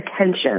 attention